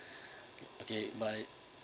okay bye